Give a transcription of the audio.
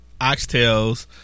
oxtails